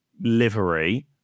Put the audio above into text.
livery